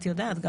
את יודעת.